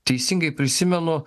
teisingai prisimenu